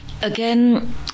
again